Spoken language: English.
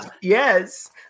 Yes